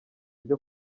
ryo